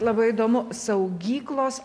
labai įdomu saugyklos